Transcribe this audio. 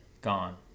Gone